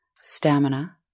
stamina